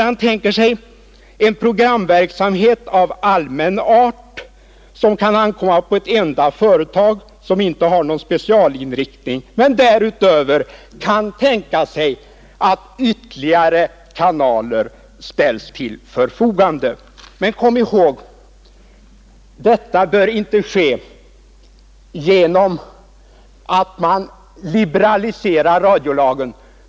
Han tänker sig en programverksamhet av allmän art, som kan ankomma på ett enda företag utan någon speciell inriktning, men att därutöver ytterligare kanaler bör ställas till förfogande. Kom ihåg att detta inte bör ske genom att man liberaliserar radiolagen.